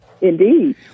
Indeed